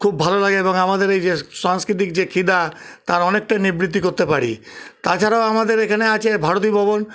খুব ভালো লাগে এবং আমাদের এই যে সংস্কৃতিক যে খিদা তার অনেকটাই নিবৃত্তি করতে পারি তাছাড়াও আমাদের এখানে আছে ভারতী ভবন